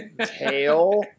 Tail